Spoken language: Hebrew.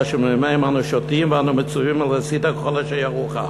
אשר ממימיהם אנו שותים ואנו מצווים על "עשית כל אשר יורוך".